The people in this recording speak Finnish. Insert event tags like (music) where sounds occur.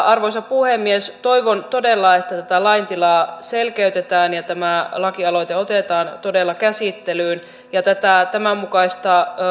(unintelligible) arvoisa puhemies toivon todella että tätä laintilaa selkeytetään ja tämä lakialoite otetaan todella käsittelyyn tämänmukaista